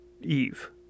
Eve